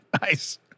Nice